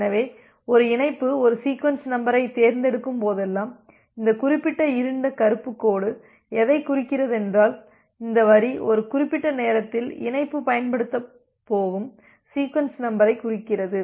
எனவே 1 இணைப்பு ஒரு சீக்வென்ஸ் நம்பரைத் தேர்ந்தெடுக்கும்போதெல்லாம் இந்த குறிப்பிட்ட இருண்ட கருப்பு கோடு எதை குறிக்கிறதென்றால் இந்த வரி ஒரு குறிப்பிட்ட நேரத்தில் இணைப்பு பயன்படுத்தப் போகும் சீக்வென்ஸ் நம்பரைக் குறிக்கிறது